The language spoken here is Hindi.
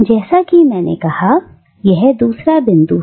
जैसा कि मैंने कहा यह दूसरा बिंदु है